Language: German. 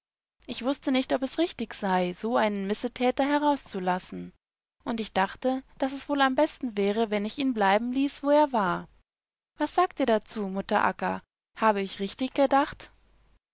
ich wußte nicht ob es richtig sei so einen missetäter herauszulassen und ich dachte daß es wohl am besten wäre wenn ich ihn bleiben ließ wo er war was sagt ihr dazu mutter akka habe ich richtig gedacht